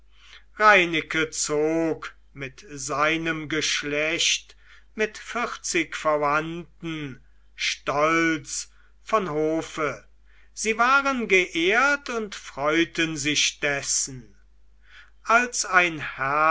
reineke zog mit seinem geschlecht mit vierzig verwandten stolz von hofe sie waren geehrt und freuten sich dessen als ein